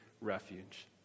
refuge